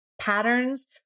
patterns